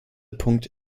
punkt